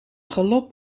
galop